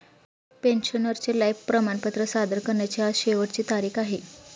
पेन्शनरचे लाइफ प्रमाणपत्र सादर करण्याची आज शेवटची तारीख आहे